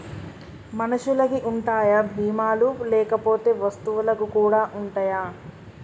మనుషులకి ఉంటాయా బీమా లు లేకపోతే వస్తువులకు కూడా ఉంటయా?